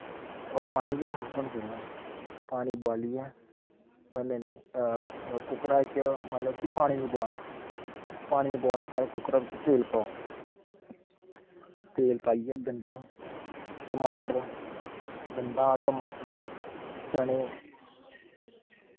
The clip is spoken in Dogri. होर पानी बी साफ होना चाहिदा पानी बोआलियै कुक्करै च मतलब कि पानी निं बोआलना पानी निं बोआलना पैह्लें कुक्करा बिच्च तेल पाओ तेल पाइयै गंडा टमाटर गंडा टमाटर चने